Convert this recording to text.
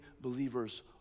believers